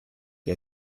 che